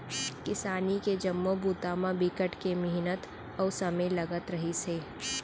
किसानी के जम्मो बूता म बिकट के मिहनत अउ समे लगत रहिस हे